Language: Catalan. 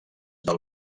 del